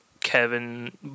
Kevin